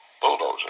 bulldozer